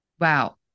Wow